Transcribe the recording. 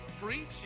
preaching